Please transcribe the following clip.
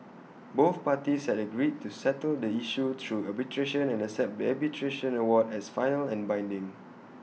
both parties had agreed to settle the issue through arbitration and accept the arbitration award as final and binding